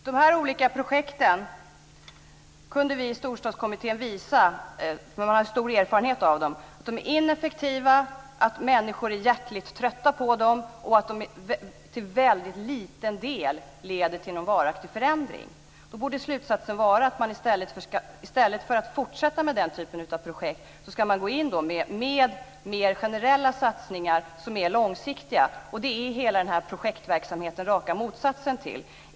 Fru talman! Vi kunde i Storstadskommittén visa att de här olika projekten - man hade ju stor erfarenhet av dem - är ineffektiva, att människor är jättetrötta på dem och att de till väldigt liten del leder till någon varaktig förändring. Slutsatsen borde då vara att man i stället för att fortsätta med den typen av projekt ska gå in med mer generella satsningar som är långsiktiga. Det är hela den här projektverksamheten raka motsatsen till.